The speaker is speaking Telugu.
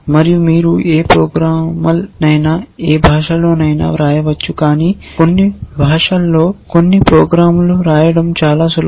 మరియు మీరు ఏ ప్రోగ్రామ్లోనైనా ఏ భాషలోనైనా వ్రాయవచ్చు కానీ కొన్ని భాషల్లో కొన్ని ప్రోగ్రామ్లు రాయడం చాలా సులభం